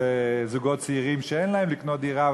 לזוגות צעירים שאין להם כדי לקנות דירה,